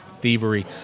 thievery